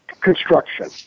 Construction